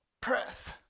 press